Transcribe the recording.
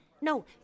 No